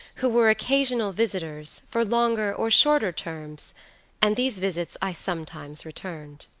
who were occasional visitors, for longer or shorter terms and these visits i sometimes returned.